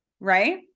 right